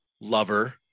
lover